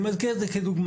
אני מזכיר את זה כדוגמה,